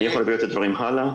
אני יכול להעביר את הדברים הלאה.